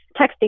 texting